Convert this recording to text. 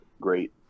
great